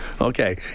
Okay